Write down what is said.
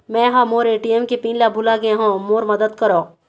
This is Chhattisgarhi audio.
मै ह मोर ए.टी.एम के पिन ला भुला गे हों मोर मदद करौ